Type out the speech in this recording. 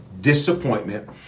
disappointment